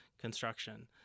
construction